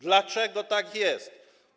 Dlaczego tak jest?